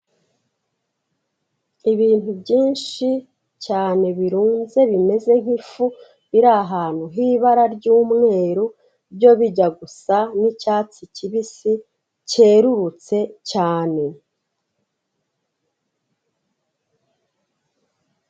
Ibintu byinshi cyane birunze bimeze nk'ifu, biri ahantu h'ibara ry'umweru, byo bijya gusa n'icyatsi kibisi, cyerurutse cyane.